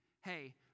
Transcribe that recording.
hey